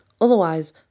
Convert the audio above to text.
otherwise